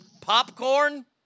popcorn